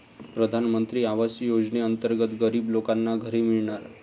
प्रधानमंत्री आवास योजनेअंतर्गत गरीब लोकांना घरे मिळणार